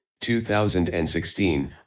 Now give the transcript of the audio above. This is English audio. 2016